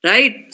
Right